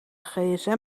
gsm